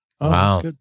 Wow